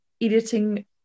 editing